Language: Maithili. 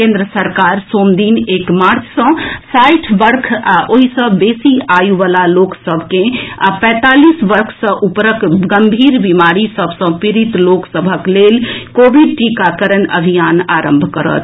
केन्द्र सरकार सोम दिन एक मार्च सँ साठि वर्ष आ ओहि सँ बेसी आयु वला लोक सभ के आ पैंतालीस वर्ष से ऊपरक गंभीर बीमारी सभ सँ पीड़ित लोक सभक लेल कोविंड टीकाकरण अभियान आरंभ करत